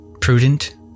prudent